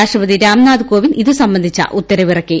രാഷ്ട്രപതി രാംനാഥ് കോവിന്ദ് ഇത് സംബന്ധിച്ച ഉത്തരവിറക്കി